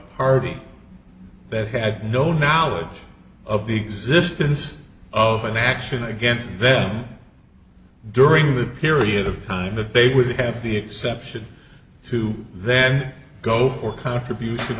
party that had no knowledge of the existence of an action against them during that period of time that they would have the exception to then go for contribution